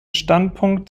standpunkt